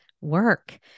work